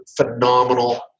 phenomenal